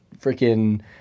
freaking